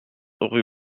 rue